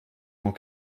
tant